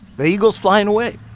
the eagle's flying away.